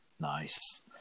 Nice